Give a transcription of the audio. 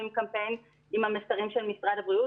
קמפיין עם המסרים של משרד הבריאות.